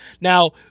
Now